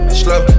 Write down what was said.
slow